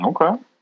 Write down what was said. Okay